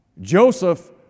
Joseph